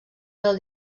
del